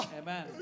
amen